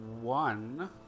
one